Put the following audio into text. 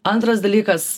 antras dalykas